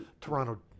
Toronto